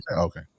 Okay